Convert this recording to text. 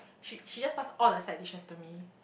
she she just pass all the side dishes to me